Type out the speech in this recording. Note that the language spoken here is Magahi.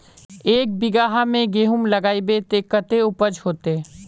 एक बिगहा में गेहूम लगाइबे ते कते उपज होते?